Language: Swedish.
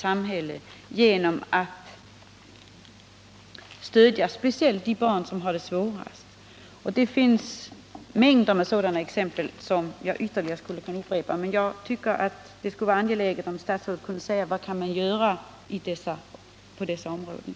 Vi måste då särskilt stödja de barn som har det svårast. Jag skulle kunna ge en mängd andra exempel. Det vore värdefullt om statsrådet ville tala om vad man kan göra på det här området.